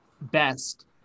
best